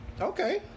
Okay